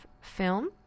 film